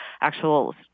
actual